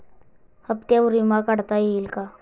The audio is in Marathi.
हप्त्यांवर विमा काढता येईल का?